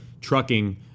trucking